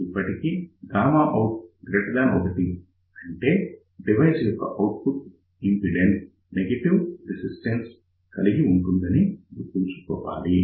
ఇప్పటికీ out1 అంటే device యొక్క ఔట్పుట్ ఇంపిడెన్స్ నెగటివ్ రెసిస్టెన్స్ కలిగి ఉంటుందని గుర్తుంచుకోవాలి